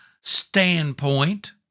standpoint